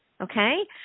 Okay